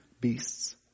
beasts